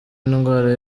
indwara